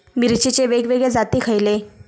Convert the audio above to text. मिरचीचे वेगवेगळे जाती खयले?